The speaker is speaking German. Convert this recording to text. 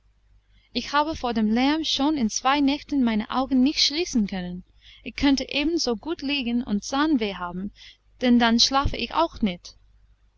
ich habe vor dem lärm schon in zwei nächten meine augen nicht schließen können ich könnte ebenso gut liegen und zahnweh haben denn dann schlafe ich auch nicht